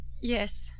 Yes